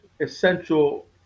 essential